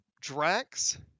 Drax